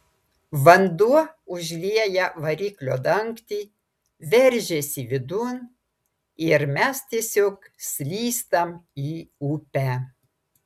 vanduo užlieja variklio dangtį veržiasi vidun ir mes tiesiog slystam į upę